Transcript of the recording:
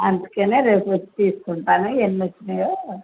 అందుకనే రేపొచ్చి తీసుకుంటాను ఎన్ని వచ్చాయో